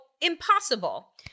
impossible